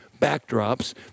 backdrops